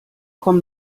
komm